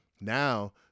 Now